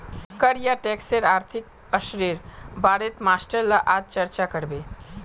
कर या टैक्सेर आर्थिक असरेर बारेत मास्टर ला आज चर्चा करबे